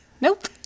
Nope